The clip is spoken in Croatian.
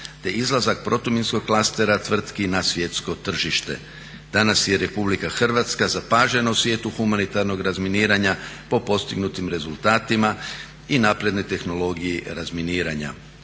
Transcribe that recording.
te izlazak protuminskog klastera tvrtki na svjetsko tržište. Danas je RH zapažena u svijetu humanitarnog razminiranja po postignutim rezultatima i naprednoj tehnologiji razminiranja.